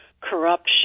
corruption